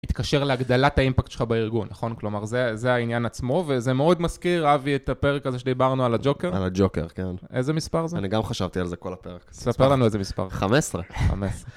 התקשר להגדלת האימפקט שלך בארגון, נכון? כלומר, זה העניין עצמו, וזה מאוד מזכיר, אבי, את הפרק הזה שדיברנו על הג'וקר. על הג'וקר, כן. איזה מספר זה? אני גם חשבתי על זה כל הפרק. ספר לנו איזה מספר. 15.